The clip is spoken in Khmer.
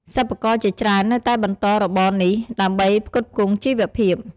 សិប្បករជាច្រើននៅតែបន្តរបរនេះដើម្បីផ្គត់ផ្គង់ជីវភាព។